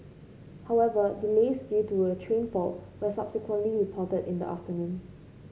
however delays due to a train fault were subsequently reported in the afternoon